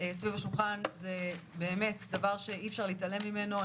סביב השולחן, זה באמת דבר שאי אפשר להתעלם ממנו.